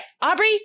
Aubrey